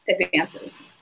advances